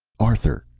arthur,